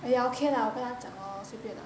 okay lah 我跟他讲 lor 随便 lah